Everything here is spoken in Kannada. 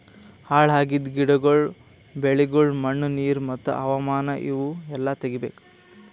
ಹಾಳ್ ಆಗಿದ್ ಗಿಡಗೊಳ್, ಬೆಳಿಗೊಳ್, ಮಣ್ಣ, ನೀರು ಮತ್ತ ಹವಾಮಾನ ಇವು ಎಲ್ಲಾ ತೆಗಿಬೇಕು